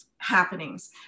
happenings